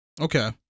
Okay